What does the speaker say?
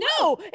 no